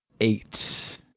Eight